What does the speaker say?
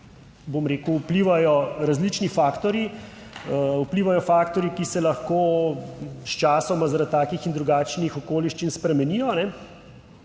bom rekel vplivajo različni faktorji, vplivajo faktorji, ki se lahko sčasoma zaradi takih in drugačnih okoliščin spremenijo.